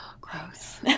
Gross